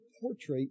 portrait